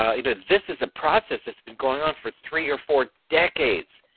um you know this is a process that's been going on for three or four decades.